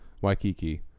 Waikiki